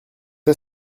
est